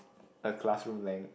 a classroom length